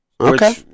Okay